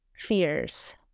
Fears